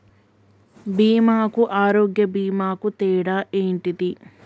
బీమా కు ఆరోగ్య బీమా కు తేడా ఏంటిది?